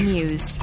News